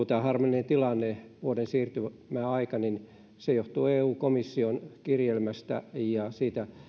tämä harmillinen tilanne vuoden siirtymäaika nyt johtuu se johtuu eu komission kirjelmästä ja siitä